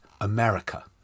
America